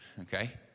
okay